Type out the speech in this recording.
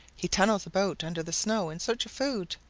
he tunnels about under the snow in search of food.